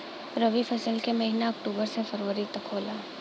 रवी फसल क महिना अक्टूबर से फरवरी तक होला